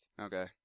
Okay